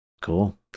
Cool